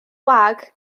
wag